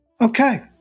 Okay